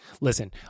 Listen